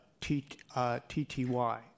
TTY